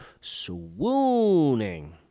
swooning